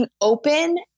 Open